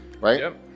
Right